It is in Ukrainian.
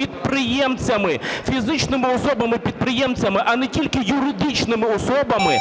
підприємцями, фізичними особами підприємцями, а не тільки юридичними особами,